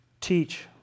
teach